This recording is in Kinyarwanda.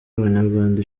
abanyarwanda